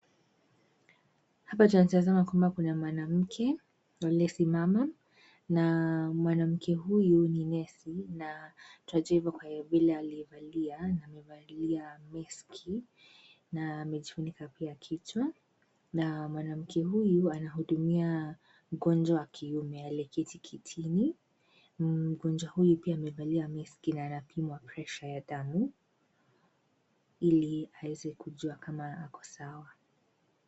Hapa tunatazama kwamba kuna mwanamke aliyesimama, na mwanamke huyu ni nesi na twajua hivyo kwa vile alivyovalia na amevalia maski na amejifunika pia kichwa na mwanamke huyu anahudumia mgonjwa wa kiume aliyeketi kitini na mgonjwa huyu pia amevalia maski na anapimwa pressure ya damu ili aweze kujua kama ako sawa.